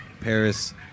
paris